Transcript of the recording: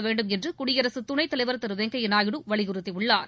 வேண்டும் என்று குடியரசுத் துணைத் தலைவர் திரு வெங்கய்யா நாயுடு வலியுறுத்தியுள்ளார்